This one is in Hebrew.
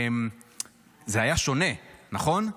זה היה שונה, נכון?